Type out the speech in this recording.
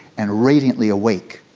and radiantly awake,